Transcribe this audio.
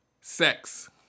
Sex